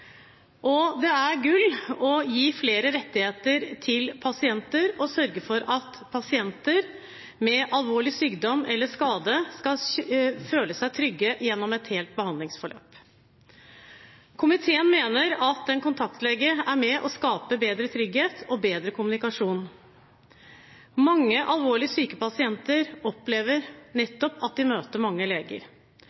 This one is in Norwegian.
Og det er gull å gi flere rettigheter til pasienter og sørge for at pasienter med alvorlig sykdom eller skade skal føle seg trygge gjennom et helt behandlingsforløp. Komiteen mener at en kontaktlege er med på å skape bedre trygghet og bedre kommunikasjon. Mange alvorlig syke pasienter opplever nettopp at de møter mange leger.